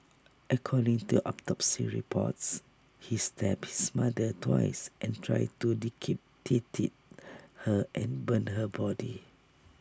according to autopsy reports he stabbed his mother twice and tried to decapitated her and burn her body